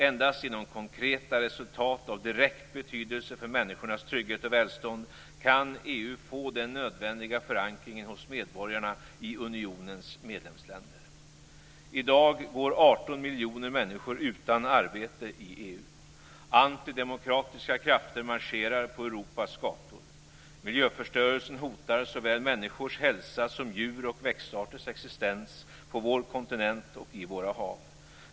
Endast genom konkreta resultat av direkt betydelse för människornas trygghet och välstånd kan EU få den nödvändiga förankringen hos medborgarna i unionens medlemsländer. I dag går 18 miljoner människor utan arbete i EU. Antidemokratiska krafter marscherar på Europas gator. Miljöförstörelsen hotar såväl människors hälsa som djur och växtarters existens på vår kontinent och i våra hav.